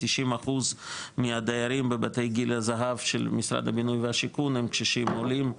כ-90% מהדיירים בבתי געל הזהב של משרד הבינוי והשיכון הם קשישים עולים,